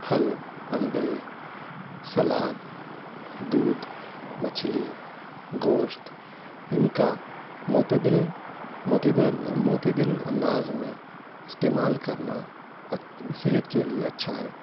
پھل انڈے سلاد دودھ مچھلی گوشت ان کا معتدل معتدل معتدل انداز میں استعمال کرنا صحت کے لیے اچھا ہے